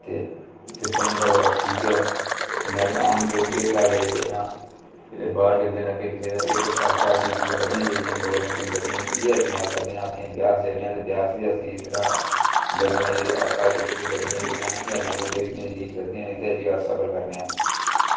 ते सिस्टम इंदा बड़ा ठीक ऐ ते आम लोक जेह्ड़े साढ़े तां ते बाहर जंदे न ते आरटीसी दियां गड्डियां जेह्ड़ियां गौरमैंट दियां गड्डियां जेह्ड़ियां न ते इ'यै इस्तेमाल करने आं ब्याह् बी इद्धरा जम्मू दे जेह्ड़े एसआरटीसी दियां गड्डियां जेह्ड़ियां लुधियाना रोड़वेज़ दियां अस इंदे च गै सफर करने आं